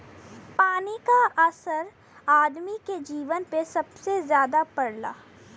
पानी क असर आदमी के जीवन पे सबसे जादा पड़ला